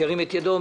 ירים את ידו.